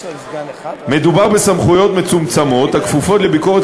מדובר בסמכויות מצומצמות הכפופות לביקורת